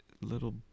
Little